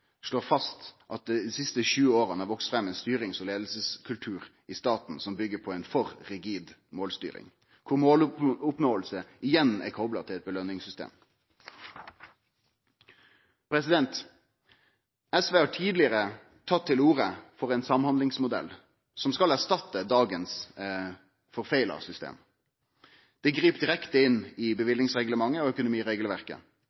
slår fast at det dei siste 20 åra har vakse fram ein styrings- og leiingskultur i staten som byggjer på ei for rigid målstyring, der måloppnåing igjen er kopla til eit påskjønningssystem. Sosialistisk Venstreparti har tidlegare tatt til orde for ein samhandlingsmodell som skal erstatte dagens forfeila system. Det grip direkte inn i